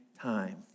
time